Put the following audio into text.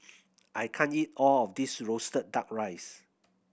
I can't eat all of this roasted Duck Rice